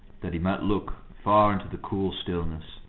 that he might look far into the cool stillness.